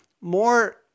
more